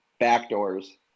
backdoors